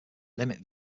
limit